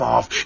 Off